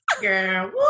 Girl